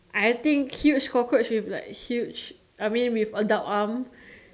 I think huge cockroach with like huge I mean with adult arms